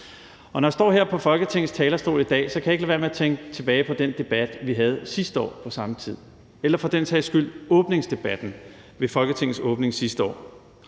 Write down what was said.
når jeg står her på Folketingets talerstol i dag, kan jeg ikke lade være med at tænke tilbage på den debat, vi havde sidste år på samme tid, eller for den sags skyld på åbningsdebatten ved Folketingets åbning sidste år.